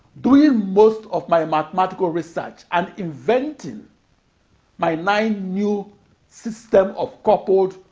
doing most of my mathematical research and inventing my nine new system of coupled,